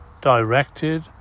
directed